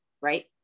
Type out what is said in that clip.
Right